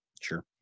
Sure